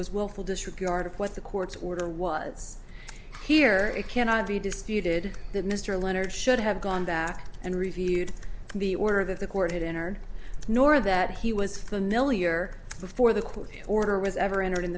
was willful disregard of what the court's order was here it cannot be disputed that mr leonard should have gone back and reviewed the order that the court had entered nor that he was familiar before the court order was ever entered in